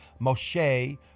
Moshe